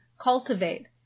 cultivate